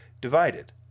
divided